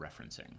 referencing